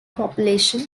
population